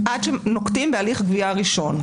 עד שנוקטים בהליך גבייה ראשון.